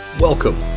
Welcome